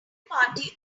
party